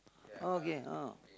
okay oh